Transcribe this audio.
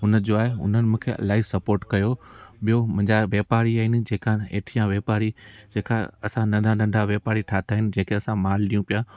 हुनजो आहे हुननि मूंखे इलाही सपॉट कयो ॿियो मुंहिंजा व्यापारी आहिनि जेका हेठिया व्यापारी जेका असां नंढा नंढा व्यापारी ठाहिया आहिनि जेके असां माल ॾियूं पिया